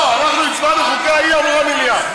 לא, אנחנו הצבענו חוקה, והיא אמרה: מליאה.